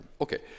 Okay